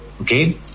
Okay